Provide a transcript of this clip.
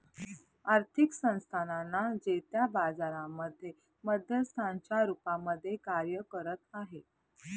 आर्थिक संस्थानांना जे त्या बाजारांमध्ये मध्यस्थांच्या रूपामध्ये कार्य करत आहे